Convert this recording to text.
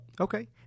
Okay